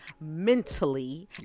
mentally